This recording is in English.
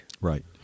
Right